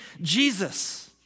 Jesus